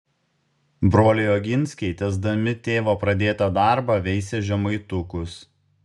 broliai oginskiai tęsdami tėvo pradėtą darbą veisė žemaitukus